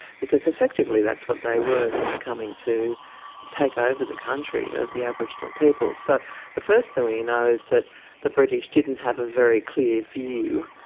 because effectively that's what they were, they were coming to take over the country of the aboriginal people. so the first thing we know is that the british didn't have a very clear view,